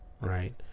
right